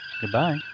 Goodbye